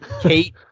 Kate